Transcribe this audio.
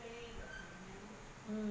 mm